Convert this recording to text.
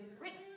written